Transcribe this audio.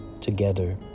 Together